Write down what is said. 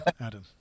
Adam